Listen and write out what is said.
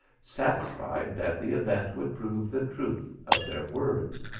satisfied that the event would prove the truth of their words.